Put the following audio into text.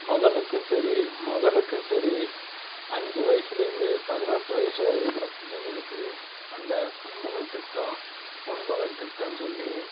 மகளுக்கு சரி மகனுக்கு சரி அஞ்சு வயசுலேருந்து பதினெட்டு வயசு வரையும் உள்ள பிள்ளைங்களுக்கு அந்த பொன் மகள் திட்டம் பொன் மகன் திட்டம்னு சொல்லி